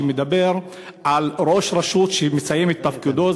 שמדבר על ראש רשות שמסיים את תפקידו,